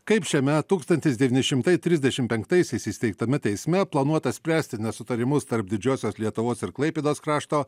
kaip šiame tūkstantis devyni šimtai trisdešim penktaisiais įsteigtame teisme planuota spręsti nesutarimus tarp didžiosios lietuvos ir klaipėdos krašto